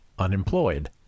unemployed